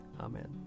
Amen